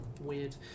weird